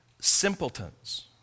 simpletons